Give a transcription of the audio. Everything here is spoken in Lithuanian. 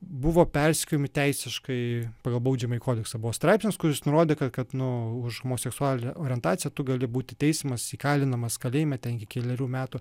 buvo persekiojami teisiškai pagal baudžiamąjį kodeksą buvo straipsnis kuris nurodė ka kad nu už homoseksualinę orientaciją tu gali būti teismas įkalinamas kalėjime ten iki kelerių metų